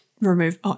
remove